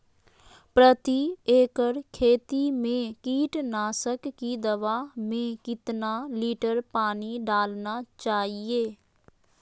प्रति एकड़ खेती में कीटनाशक की दवा में कितना लीटर पानी डालना चाइए?